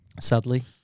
Sadly